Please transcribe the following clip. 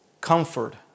comfort